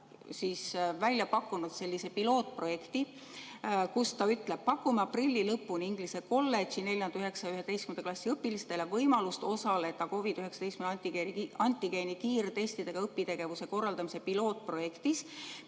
koolis välja pakkunud sellise pilootprojekti. Ta ütles: pakume aprilli lõpuni inglise kolledži 4., 9. ja 11. klassi õpilastele võimalust osaleda COVID-19 antigeeni kiirtestidega õpitegevuse korraldamise pilootprojektis.